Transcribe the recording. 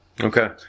Okay